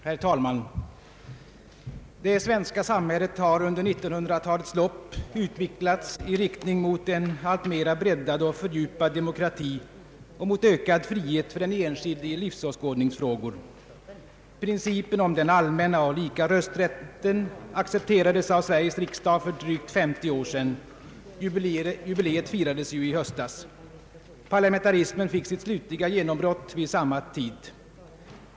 Herr talman! Det svenska samhället har under 1900-talets lopp utvecklats i riktning mot en alltmer breddad och fördjupad demokrati och mot ökad frihet för den enskilde i livsåskådningsfrågor. Principen om den allmänna och lika rösträtten accepterades av Sveriges riksdag för drygt 50 år sedan — jubileet firades ju i höstas. Parlamentarismen fick sitt slutliga genombrott vid samma tid.